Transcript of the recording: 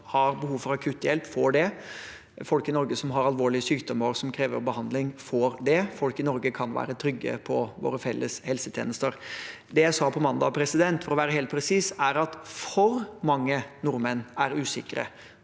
har behov for akutt hjelp, får det. Folk i Norge som har alvorlig sykdom som krever behandling, får det. Folk i Norge kan være trygge på våre felles helsetjenester. Det jeg sa på mandag – for å være helt presis – var at for mange nordmenn er usikre